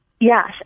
Yes